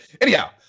Anyhow